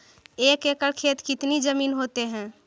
एक एकड़ खेत कितनी जमीन होते हैं?